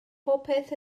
popeth